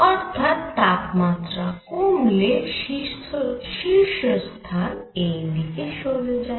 অর্থাৎ তাপমাত্রা কমলে শীর্ষস্থান এইদিকে সরে যায়